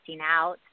out